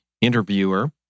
interviewer